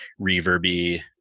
reverby